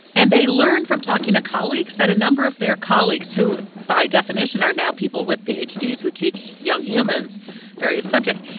and they learn from talking to colleagues that a number of their colleagues, colleagues, who by definition are now people with p h d who teach young humans various subjects.